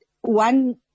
One